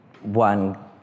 One